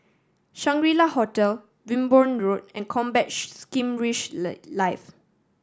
Shangri La Hotel Wimborne Road and Combat Skirmish Lay Live